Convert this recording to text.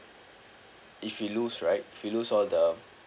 if you lose right if you lose all the